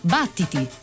battiti